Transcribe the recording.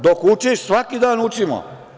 Dok učiš, svaki dan učimo.